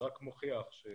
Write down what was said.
זה רק מוכיח שחברות